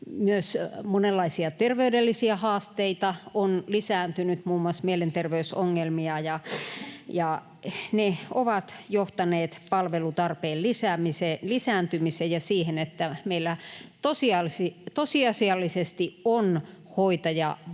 myös monenlaiset ter-veydelliset haasteet ovat lisääntyneet, muun muassa mielenterveysongelmat, ja ne ovat johtaneet palvelutarpeen lisääntymiseen ja siihen, että meillä tosiasiallisesti on hoitajavaje,